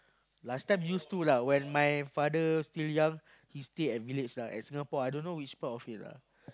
last time used to lah when my father still young he still at village lah at Singapore I don't know which part of it lah